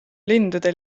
lindude